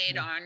on